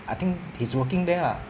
I think he's working there lah